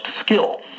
skill